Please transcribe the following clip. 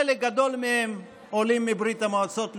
חלק גדול מהם עולים מברית המועצות לשעבר.